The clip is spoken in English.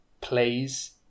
plays